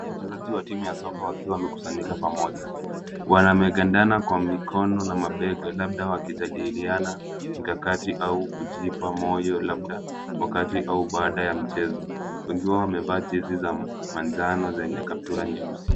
Wachezaji wa timu ya soka wakiwa wamekusanyika pamoja. Wamegandamana kwa mikono na mabega, labda wakijadiliana mikakati au kujipa moyo, labda wakati au baada ya mchezo. Wengi wao wamevaa jezi za manjano zenye kaptura nyeusi.